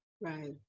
Right